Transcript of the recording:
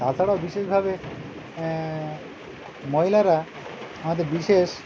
তাছাড়াও বিশেষভাবে মহিলারা আমাদের বিশেষ